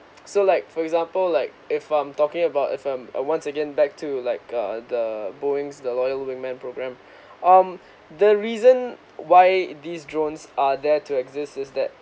so like for example like if I'm talking about if I'm uh once again back to like uh the boeings the loyal wing man program um the reason why these drones are there to exist is that